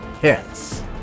hits